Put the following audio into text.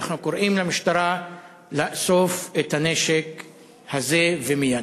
אנחנו קוראים למשטרה לאסוף את הנשק הזה, ומייד.